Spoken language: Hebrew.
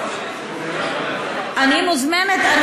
אני מוזמנת,